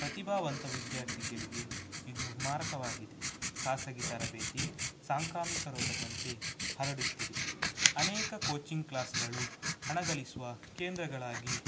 ಪ್ರತಿಭಾವಂತ ವಿದ್ಯಾರ್ಥಿಗಳಿಗೆ ಇದು ಮಾರಕವಾಗಿದೆ ಖಾಸಗಿ ತರಬೇತಿ ಸಾಂಕ್ರಾಮಿಕ ರೋಗದಂತೆ ಹರಡುತ್ತಿದೆ ಅನೇಕ ಕೋಚಿಂಗ್ ಕ್ಲಾಸ್ಗಳು ಹಣಗಳಿಸುವ ಕೇಂದ್ರಗಳಾಗಿ